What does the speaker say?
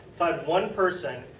find one person,